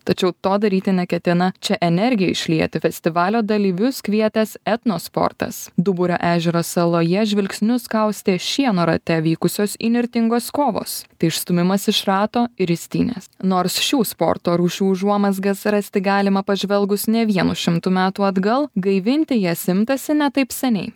tačiau to daryti neketina čia energiją išlieti festivalio dalyvius kvietęs etno sportas duburio ežero saloje žvilgsnius kaustė šieno rate vykusios įnirtingos kovos tai išstūmimas iš rato ristynės nors šių sporto rūšių užuomazgas rasti galima pažvelgus ne vienu šimtu metų atgal gaivinti jas imtasi ne taip seniai